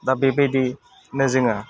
दा बेबायदिनो जोङा